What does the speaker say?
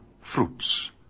fruits